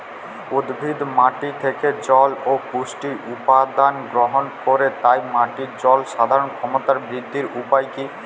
উদ্ভিদ মাটি থেকে জল ও পুষ্টি উপাদান গ্রহণ করে তাই মাটির জল ধারণ ক্ষমতার বৃদ্ধির উপায় কী?